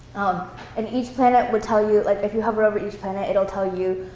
and each planet would tell you like if you hover over each planet, it will tell you,